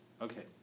Okay